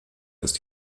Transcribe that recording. ist